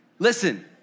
Listen